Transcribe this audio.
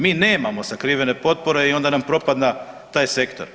Mi nemamo sakrivene potpore i onda nam propada taj sektor.